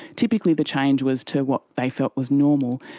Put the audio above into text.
typically the change was to what they felt was normal.